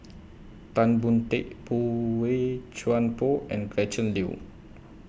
Tan Boon Teik Boey Chuan Poh and Gretchen Liu